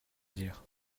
dire